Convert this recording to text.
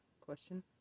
question